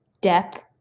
death